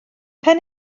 pen